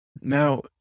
Now